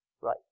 Right